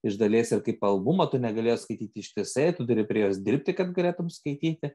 iš dalies ir kaip albumą tu negali jos skaityt ištisai tu turi prie jos dirbti kad galėtum skaityti